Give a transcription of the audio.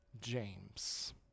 James